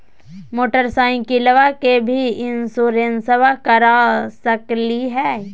मोटरसाइकिलबा के भी इंसोरेंसबा करा सकलीय है?